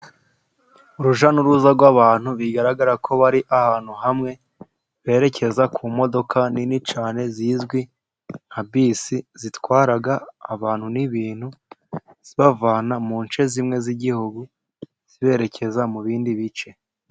Urujya n'uruza rw'abantu, bigaragara ko bari ahantu hamwe, berekeza ku modoka nini cyane zizwi nka bisi. Zitwara abantu n'ibintu, zibavana mu nce zimwe z'igihugu, ziberekeza mu bindi bice.